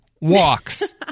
walks